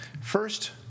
First